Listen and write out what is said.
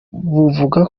buvuga